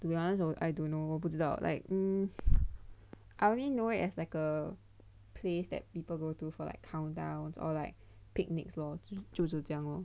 to be honest I don't know 我不知道 like um I only know it as like a place that people go to for like countdown or like picnics lor 就就就是这样 lor